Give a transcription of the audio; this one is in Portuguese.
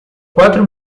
quatro